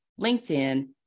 LinkedIn